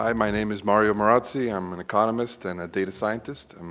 um my name is mario marazzi, i'm an economist and data scientist, and